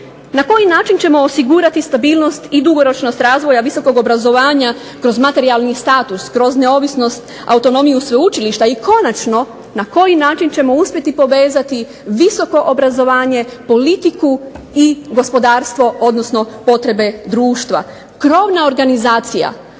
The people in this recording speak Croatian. Na koji način ćemo osigurati stabilnost i dugoročnost razdoblja visokog obrazovanja kroz materijalni status, kroz neovisnost autonomiju sveučilišta i konačno na koji način ćemo uspjeti povezati visoko obrazovanje, politiku i gospodarstvo odnosno potrebe društva? Krovna organizacija